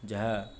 ଯାହା